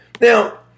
Now